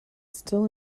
still